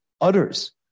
utters